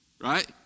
right